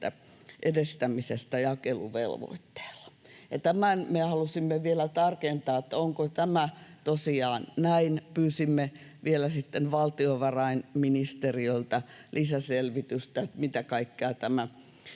edistämisestä jakeluvelvoitteella. Ja me halusimme vielä tarkentaa, onko tämä tosiaan näin. Pyysimme vielä valtiovarainministeriöltä lisäselvitystä, mitä kaikkea tämä